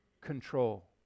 Control